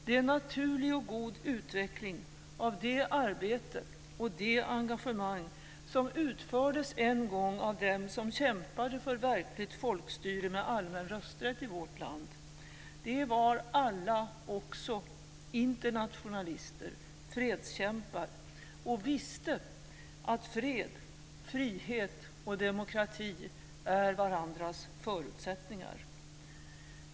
Det är en naturlig och god utveckling av det arbete och det engagemang som utfördes en gång av dem som kämpade för verkligt folkstyre med allmän rösträtt i vårt land. De var alla också internationalister, fredskämpar, och visste att fred, frihet och demokrati är varandras förutsättningar.